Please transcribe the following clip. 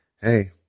hey